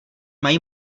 mají